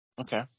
okay